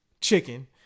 Chicken